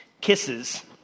Kisses